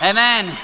Amen